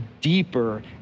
deeper